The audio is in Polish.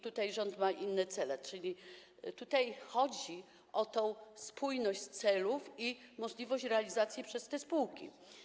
Tutaj rząd ma inne cele, czyli chodzi o tę spójność celów i możliwość realizacji przez te spółki.